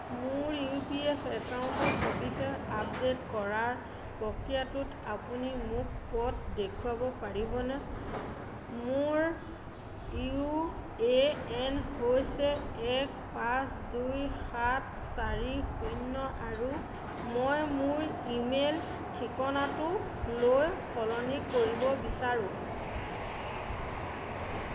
মোৰ U P F একাউণ্টটোৰ সবিশেষ আপডে'ট কৰাৰ প্ৰক্ৰিয়াটোত আপুনি মোক পথ দেখুৱাব পাৰিবনে মোৰ ইউ এ এন হৈছে এক পাঁচ দুই সাত চাৰি শূন্য আৰু মই মোৰ ইমেইল ঠিকনাটোলৈ সলনি কৰিব বিচাৰোঁ